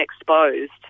exposed